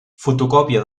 fotocòpia